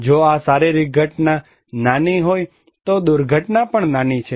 જો આ શારીરિક ઘટના નાની હોય તો દુર્ઘટના પણ નાની છે